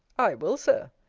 i will, sir.